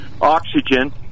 oxygen